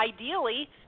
ideally